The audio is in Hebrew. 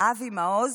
אבי מעוז,